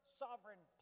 sovereign